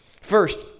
First